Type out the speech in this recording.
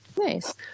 Nice